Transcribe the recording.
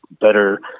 better